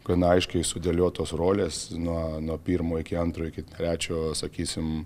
gana aiškiai sudėliotos rolės nuo nuo pirmo iki antro iki trečio sakysim